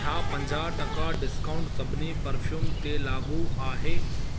छा पंजाह टका डिस्काउंट सभिनी परफ़्यूम ते लाॻू आहे